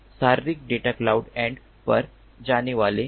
शारीरिक data cloud end पर जाने वाले हैं